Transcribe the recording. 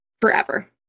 forever